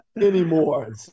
anymore